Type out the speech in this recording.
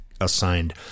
assigned